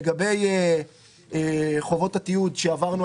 למי אתה רוצה לתת למי שמרוויח 7,000 שקל מענק